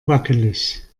wackelig